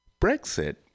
Brexit